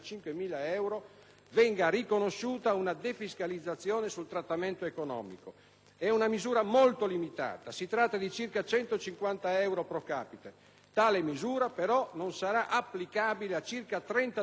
venga riconosciuta una defiscalizzazione sul trattamento economico. È una misura molto limitata: si tratta di circa 150 euro *pro capite*. Tale misura, però, non sarà applicabile a circa 32.000 militari,